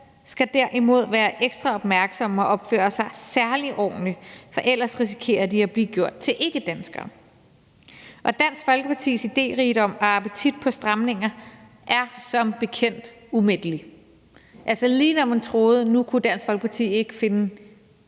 skal derimod være ekstra opmærksomme og opføre sig særlig ordentligt, for ellers risikerer de at blive gjort til ikkedanskere. Dansk Folkepartis idérigdom og appetit på stramninger er som bekendt umættelig. Altså, lige når man troede, at nu kunne Dansk Folkeparti ikke finde